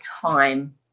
time